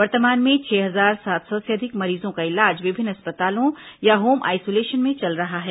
वर्तमान में छह हजार सात सौ से अधिक मरीजों का इलाज विभिन्न अस्पतालों या होम आइसोलेशन में चल रहा है